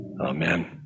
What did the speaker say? Amen